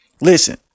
Listen